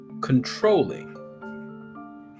controlling